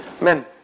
Men